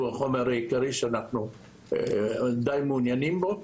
והוא החומר העיקרי שאנחנו די מעוניינים בו.